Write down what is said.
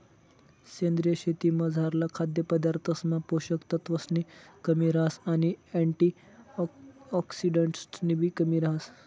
सेंद्रीय शेतीमझारला खाद्यपदार्थसमा पोषक तत्वसनी कमी रहास आणि अँटिऑक्सिडंट्सनीबी कमी रहास